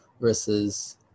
versus